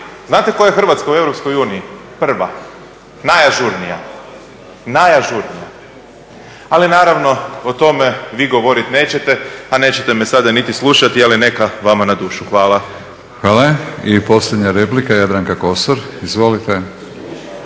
Znate koja je Hrvatska u EU? Prva. Najažurnija. Ali naravno, o tome vi govoriti nećete, a nećete me sada niti slušati, ali neka, vama na dušu. Hvala. **Batinić, Milorad (HNS)** Hvala. I posljednja replika, Jadranka Kosor. Izvolite.